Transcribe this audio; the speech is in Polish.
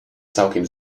całkiem